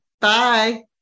Bye